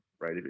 right